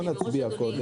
אני לא צריך הסברים.